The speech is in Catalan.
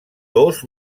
dos